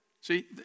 See